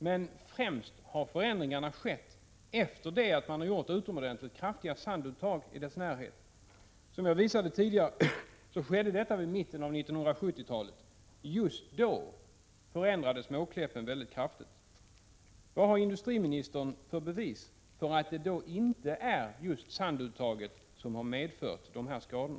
Men främst har förändringarna skett efter det utomordentligt kraftiga sanduttag som gjordes i närheten. Som jag visade tidigare skedde dessa uttag vid mitten av 70-talet. Just då förändrades Måkläppen kraftigt. Vad har industriministern för bevis för att det inte är just sanduttaget som medfört dessa skador?